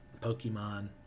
Pokemon